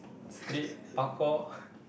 street parkour